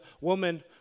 woman